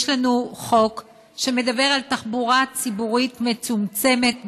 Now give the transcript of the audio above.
יש לנו חוק שמדבר על תחבורה ציבורית מצומצמת בשבת,